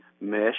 mesh